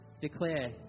declare